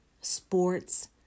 Sports